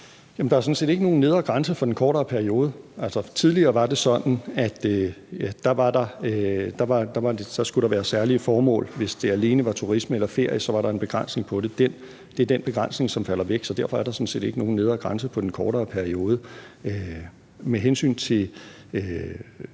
Der er sådan set ikke nogen nedre grænse for den kortere periode. Tidligere var det sådan, at der skulle være særlige formål, og hvis det alene var turisme eller ferie, var der en begrænsning på det. Det er den begrænsning, der falder væk, og derfor er der sådan set ikke nogen nedre grænse for den kortere periode. Med hensyn til